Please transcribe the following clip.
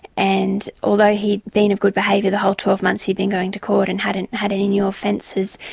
and although he'd been of good behaviour the whole twelve months he'd been going to court and hadn't had any new offences,